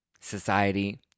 society